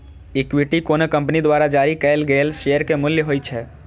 equity कोनो company द्वारा जारी कैल गेल शेयर के मूल्य होइ छै